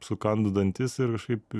sukandu dantis ir šiaip